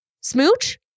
smooch